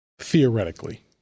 Theoretically